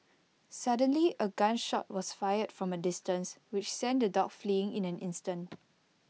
suddenly A gun shot was fired from A distance which sent the dogs fleeing in an instant